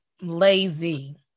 Lazy